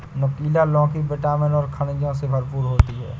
नुकीला लौकी विटामिन और खनिजों से भरपूर होती है